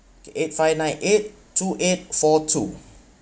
okay eight five nine eight two eight four two